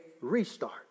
restart